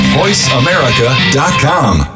voiceamerica.com